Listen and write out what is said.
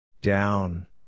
Down